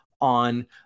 on